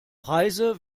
preise